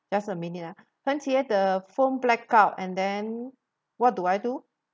just a minute ah heng jie the phone blackout and then what do I do